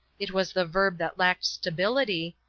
it was the verb that lacked stability,